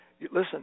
Listen